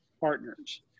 partners